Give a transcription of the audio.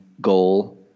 goal